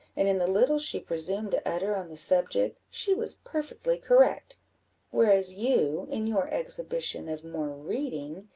and in the little she presumed to utter on the subject, she was perfectly correct whereas you, in your exhibition of more reading,